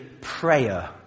prayer